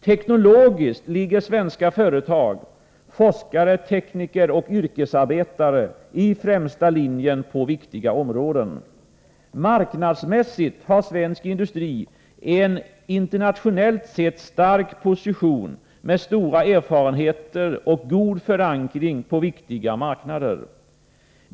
Teknologiskt ligger svenska företag, forskare, tekniker och yrkesarbetare i främsta linjen på viktiga områden. Marknadsmässigt har svensk industri en internationellt sett stark position med stora erfarenheter och god förankring i viktiga marknader.